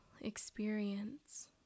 experience